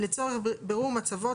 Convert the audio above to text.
לצורך בירור מצבו,